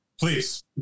please